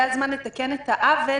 זה הזמן לתקן את העוול